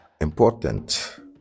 important